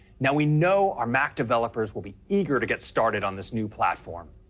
now, we know our mac developers will be eager to get started on this new platform.